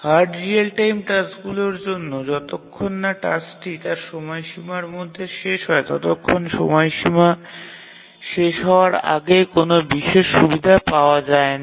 hard real time টাস্কগুলির জন্য যতক্ষণ না টাস্কটি তার সময়সীমার মধ্যে শেষ হয় ততক্ষণ সময়সীমা শেষ হওয়ার আগে কোনও বিশেষ সুবিধা পাওয়া যায় না